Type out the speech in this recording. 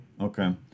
Okay